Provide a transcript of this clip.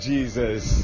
Jesus